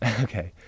Okay